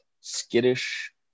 skittish